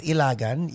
Ilagan